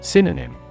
Synonym